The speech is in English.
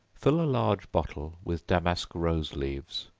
fill a large bottle with damask rose leaves,